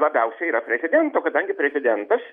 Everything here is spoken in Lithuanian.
labiausiai yra prezidento kadangi prezidentas